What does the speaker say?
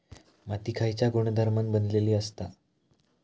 माती खयच्या गुणधर्मान बनलेली असता?